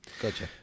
Gotcha